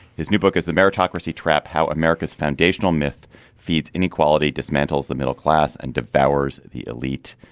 his new book is the meritocracy trap how america's foundational myth feeds inequality dismantles the middle class and devours the elite.